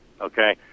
okay